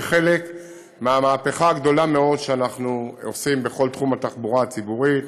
כחלק מהמהפכה הגדולה מאוד שאנחנו עושים בכל תחום התחבורה הציבורית,